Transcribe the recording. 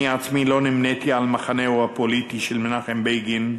אני עצמי לא נמניתי עם מחנהו הפוליטי של מנחם בגין,